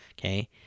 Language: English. okay